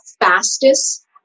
fastest